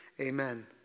amen